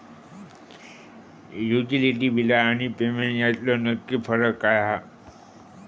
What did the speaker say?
Utility बिला आणि payment यातलो नक्की फरक काय हा?